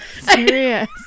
Serious